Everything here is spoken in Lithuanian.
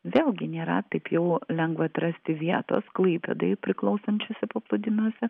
vėlgi nėra taip jau lengva atrasti vietos klaipėdai priklausančiuose paplūdimiuose